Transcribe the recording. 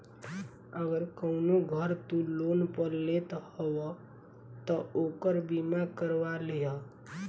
अगर कवनो घर तू लोन पअ लेत हवअ तअ ओकर बीमा करवा लिहअ